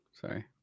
Sorry